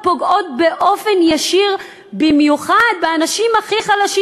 הן פוגעות באופן ישיר במיוחד באנשים הכי חלשים,